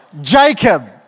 Jacob